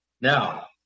Now